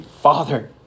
Father